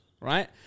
right